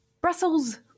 Brussels